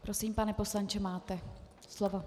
Prosím, pane poslanče, máte slovo.